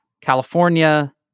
California